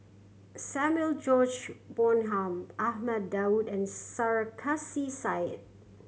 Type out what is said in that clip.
Samuel George Bonham Ahmad Daud and Sarkasi Said